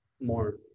more